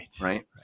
right